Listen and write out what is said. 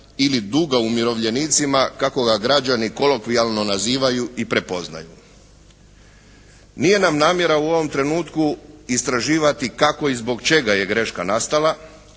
ili duga umirovljenicima kako ga građani kolokvijalno nazivaju i prepoznaju. Nije nam namjera u ovom trenutku istraživati kako i zbog čega je greška nastala.